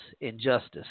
injustice